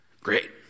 Great